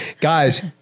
Guys